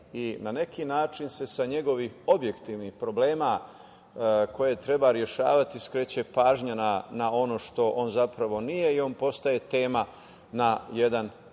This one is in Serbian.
Na neki način se sa njegovim objektivnim problemima koje treba rešavati, skreće pažnja na ono što on zapravo nije i on postaje tema na jedan pogrešan